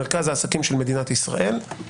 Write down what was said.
מרכז העסקים של מדינת ישראל,